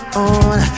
on